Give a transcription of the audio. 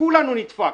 כולנו נדפקנו.